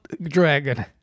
dragon